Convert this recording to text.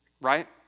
right